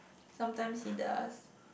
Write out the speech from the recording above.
sometimes he does